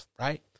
Right